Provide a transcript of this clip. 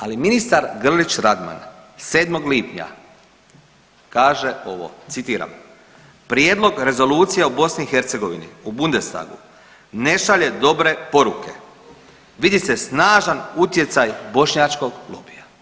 Ali ministar Grlić Radman 7. lipnja kaže ovo, citiram: Prijedlog rezolucije o BiH u Bundestagu ne šalje dobre poruke, vidi se snažan utjecaj bošnjačkog lobija.